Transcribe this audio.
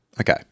Okay